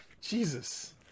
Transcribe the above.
Jesus